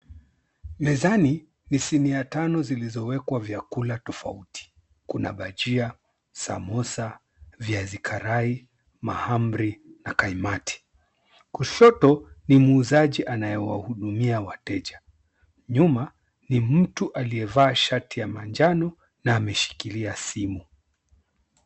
Mezani ni sinia tano zilizowekwa vyakula tofauti. Kuna bajia, samosa, viazi karai, mahamri na kaimati. Kushoto ni muuzaji anayewahudumia wateja. Nyuma ni mtu aliyevaa shati ya manjano na ameshikilia simu.